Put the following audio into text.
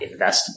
investable